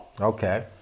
Okay